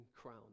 crown